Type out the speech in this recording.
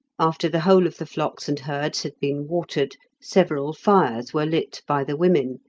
after the whole of the flocks and herds had been watered several fires were lit by the women,